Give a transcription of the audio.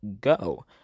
go